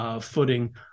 footing